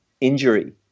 injury